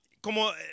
como